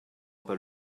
pas